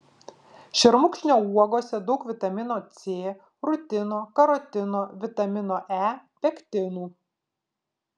šermukšnio uogose daug vitamino c rutino karotino vitamino e pektinų